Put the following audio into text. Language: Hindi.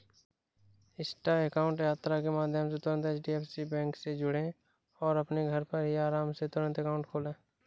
इंस्टा अकाउंट यात्रा के माध्यम से तुरंत एच.डी.एफ.सी बैंक से जुड़ें और अपने घर पर ही आराम से तुरंत अकाउंट खोले